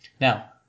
Now